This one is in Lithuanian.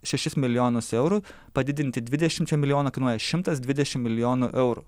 šešis milijonus eurų padidinti dvidešimčia milijonų kainuoja šimtas dvidešim milijonų eurų